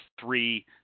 three